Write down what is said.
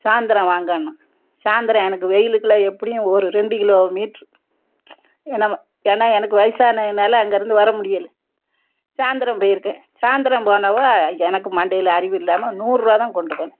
சாயந்தரம் வாங்கன்னா சாயந்தரம் எனக்கு வெயிலுக்குள்ள எப்படியும் ஒரு ரெண்டு கிலோ மீட்ரு ஏன்னா ஏன்னா எனக்கு வயசு ஆனதால அங்கே இருந்து வர முடியலை சாந்தரம் போயிருக்கேன் சாயந்தரம் போனாவ எனக்கு மண்டையில் அறிவு இல்லாமல் நூறுபா தான் கொண்டு போனேன்